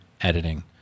editing